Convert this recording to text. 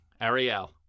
Ariel